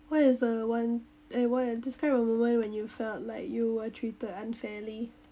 what is the one eh describe a moment when you felt like you were treated unfairly